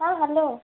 ହଁ ହାଲୋ